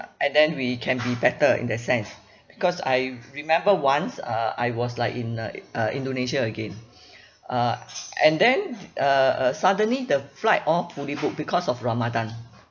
and then we can be better in that sense because I remember once uh I was like in a uh indonesia again uh and then uh uh suddenly the flight all fully booked because of ramadan